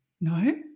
No